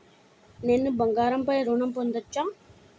నేను బంగారం పై ఋణం పొందచ్చా?